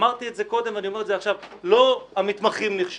אמרתי את זה קודם ואני אומר את זה עכשיו: לא המתמחים נכשלו,